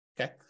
Okay